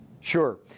Sure